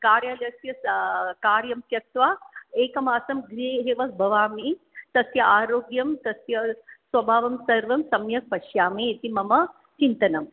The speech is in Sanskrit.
कार्यालयस्य कार्यं त्यक्त्वा एकमासं गृहे एव भवामि तस्य आरोग्यं तस्य स्वभावं सर्वं सम्यक् पश्यामि इति मम चिन्तनम्